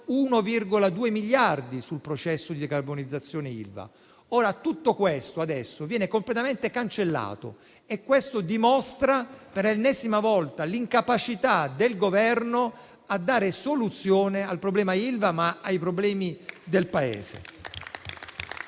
1,2 miliardi al processo di decarbonizzazione Ilva. Tutto questo adesso viene completamente cancellato e ciò dimostra, per l'ennesima volta, l'incapacità del Governo di dare soluzione al problema Ilva e ai problemi del Paese.